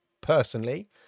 personally